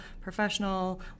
professional